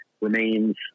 remains